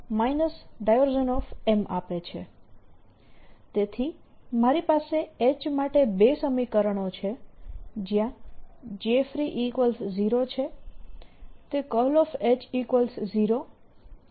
તેથી મારી પાસે H માટે 2 સમીકરણો છે જ્યાં Jfree0 છે H0 અને